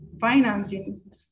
financing